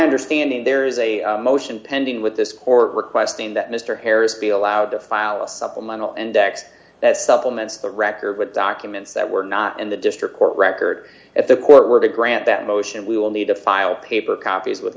understanding there is a motion pending with this court requesting that mr harris be allowed to file a supplemental and x that supplements the record with documents that were not in the district court record if the court were to grant that motion we will need to file paper copies with